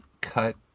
cut